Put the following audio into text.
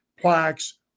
plaques